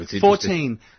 fourteen